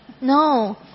no